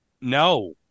No